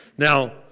Now